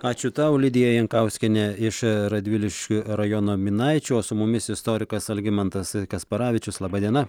ačiū tau lidija jankauskiene iš radviliškio rajono minaičių su mumis istorikas algimantas kasparavičius laba diena